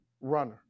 runner